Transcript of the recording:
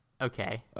Okay